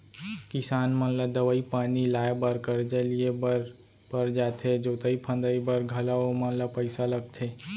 किसान मन ला दवई पानी लाए बर करजा लिए बर पर जाथे जोतई फंदई बर घलौ ओमन ल पइसा लगथे